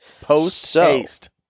Post-haste